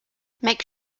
make